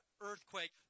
earthquake